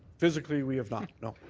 physically we have not, no.